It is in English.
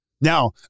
Now